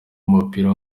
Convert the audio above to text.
w’umupira